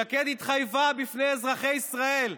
שקד התחייבה בפני אזרחי ישראל,